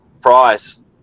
price